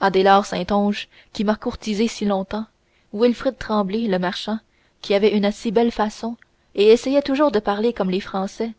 adélard saint onge qui m'a courtisée si longtemps wilfrid tremblay le marchand qui avait une si belle façon et essayait toujours de parler comme les français